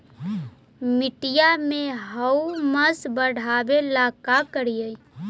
मिट्टियां में ह्यूमस बढ़ाबेला का करिए?